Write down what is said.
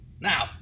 Now